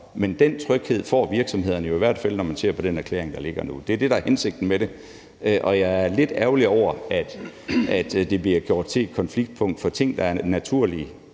Den tryghed får virksomhederne jo i hvert fald, når man ser på den erklæring, der ligger nu. Det er det, der er hensigten med det. Og jeg er lidt ærgerlig over, at det bliver gjort til et konfliktpunkt i nogle ting, der er naturlige.